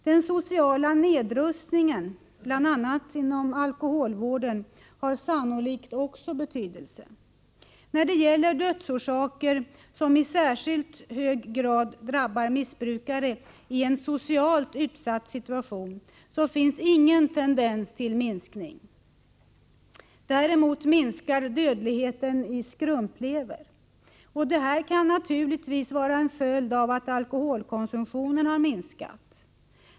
Den sociala nedrustningen, bl.a. inom alkoholvården, har sannolikt också betydelse. När det gäller sådana dödsorsaker som i särskilt hög grad drabbar missbrukare i en socialt utsatt situation finns ingen tendens till minskning. Däremot minskar dödligheten i skrumplever. Detta kan naturligtvis vara en följd av att alkoholkonsumtionen har minskat.